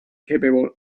capable